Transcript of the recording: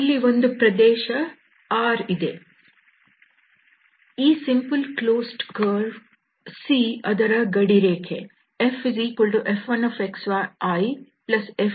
ಇಲ್ಲಿ ಒಂದು ಪ್ರದೇಶ R ಇದೆ ಈ ಸಿಂಪಲ್ ಕ್ಲೋಸ್ಡ್ ಕರ್ವ್ C ಅದರ ಗಡಿರೇಖೆ